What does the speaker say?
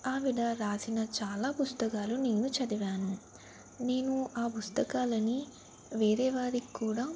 ఆవిడ వ్రాసిన చాలా పుస్తకాలు నేను చదివాను నేను ఆ పుస్తకాలని వేరే వారికి కూడా